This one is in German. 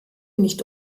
nicht